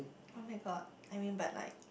[oh]-my-god I mean but like